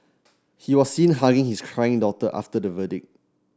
he was seen hugging his crying daughter after the verdict